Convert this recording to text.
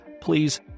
please